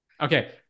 okay